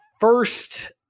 first